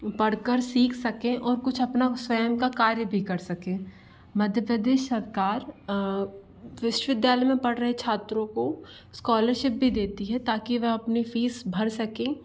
पढ़ कर सीख सकें और कुछ अपना स्वयं का कार्य भी कर सकें मध्य प्रदेश सअकार विश्वविद्यालय में पढ़ रहे छात्रों को स्कॉलरशिप भी देती है ताकि वह अपनी फ़ीस भर सकें